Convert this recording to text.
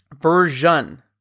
Version